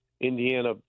Indiana